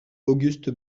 auguste